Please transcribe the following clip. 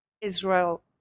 Israel